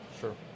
Sure